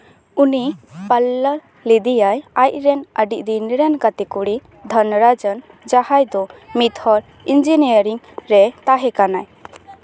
ᱩᱱᱤ ᱯᱟᱨᱞᱟ ᱞᱮᱫᱮᱭᱟᱭ ᱟᱡ ᱨᱮᱱ ᱟᱹᱰᱤ ᱫᱤᱱ ᱨᱮᱱ ᱜᱟᱛᱮ ᱠᱩᱲᱤ ᱫᱷᱟᱱᱲᱟ ᱡᱟᱱ ᱡᱟᱦᱟᱸᱭ ᱫᱚ ᱢᱤᱫ ᱦᱚᱲ ᱤᱧᱡᱤᱱᱤᱭᱟᱨᱤᱝ ᱮ ᱛᱟᱦᱮᱸ ᱠᱟᱱᱟᱭ